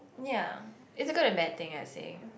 ya it's a good and bad thing I say